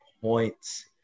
points